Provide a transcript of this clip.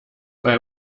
bei